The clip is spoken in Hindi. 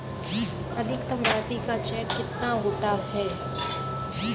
अधिकतम राशि का चेक कितना होता है?